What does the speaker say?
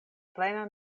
plena